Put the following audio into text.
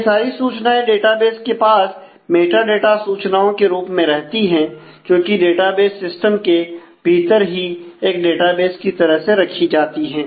यह सारी सूचनाएं डेटाबेस के पास मेटाडाटा सूचनाओं के रूप में रहती है जोकि डेटाबेस सिस्टम के भीतर ही एक डेटाबेस की तरह से रखी जाती हैं